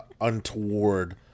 untoward